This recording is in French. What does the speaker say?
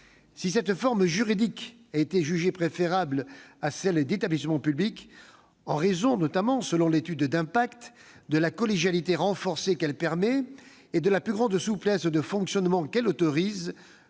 Si cette forme juridique a été jugée préférable à celle d'un établissement public, en raison, notamment, selon l'étude d'impact, de la collégialité renforcée qu'elle autorise et de la plus grande souplesse de fonctionnement qu'elle permet,